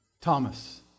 Thomas